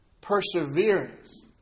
Perseverance